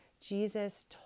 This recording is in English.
Jesus